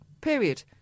Period